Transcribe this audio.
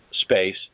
space